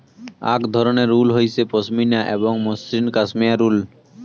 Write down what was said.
আক ধরণের উল হসে পশমিনা এবং মসৃণ কাশ্মেয়ার উল